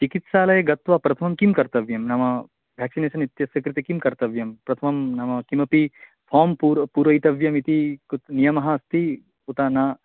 चिकित्सालयं गत्वा प्रथमं किं कर्तव्यं नाम व्याक्सिनेषन् इत्यस्य कृते किं कर्तव्यं प्रथमं नाम किमपि फार्म् पूर पूरयितव्यम् इति कुत्र नियमः अस्ति उत न